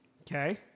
Okay